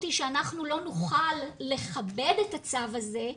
היא שאנחנו לא נוכל לכבד את הצו הזה,